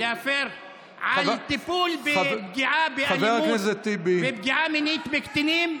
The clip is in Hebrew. אם אתה רוצה להפר על טיפול בפגיעה באלימות ופגיעה מינית בקטינים,